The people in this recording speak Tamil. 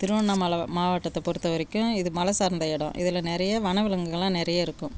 திருவண்ணாமல மாவட்டத்தை பொறுத்தவரைக்கும் இது மலை சார்ந்த இடம் இதில் நிறைய வனவிலங்குகள்லாம் நிறைய இருக்கும்